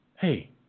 Hey